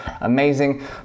amazing